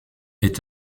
est